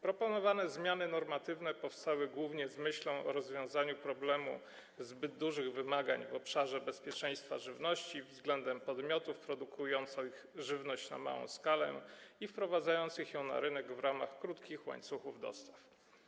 Proponowane zmiany normatywne powstały głównie z myślą o rozwiązaniu problemu zbyt dużych wymagań w obszarze bezpieczeństwa żywności względem podmiotów produkujących żywność na małą skalę i wprowadzających ją na rynek w ramach krótkich łańcuchów dostaw.